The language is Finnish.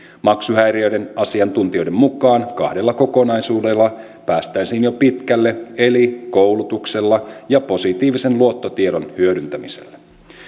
maksuhäiriöiden asiantuntijoiden mukaan kahdella kokonaisuudella päästäisiin jo pitkälle eli koulutuksella ja positiivisen luottotiedon hyödyntämisellä